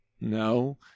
No